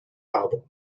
album